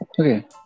Okay